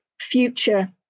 future